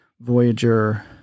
Voyager